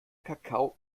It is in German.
kakao